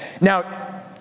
Now